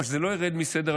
אבל שזה לא ירד מסדר-היום.